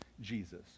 Jesus